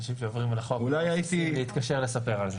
אנשים שעוברים על החוק לא הולכים להתקשר לספר על זה,